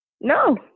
No